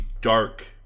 dark